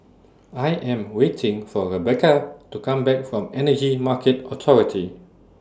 I Am waiting For Rebeca to Come Back from Energy Market Authority